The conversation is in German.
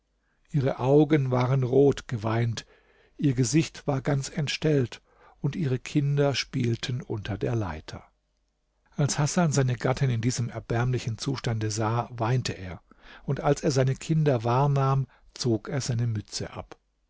ihre augen waren rotgeweint ihr gesicht war ganz entstellt und ihre kinder spielten unter der leiter als hasan seine gattin in diesem erbärmlichen zustande sah weinte er und als er seine kinder wahrnahm zog er seine mütze ab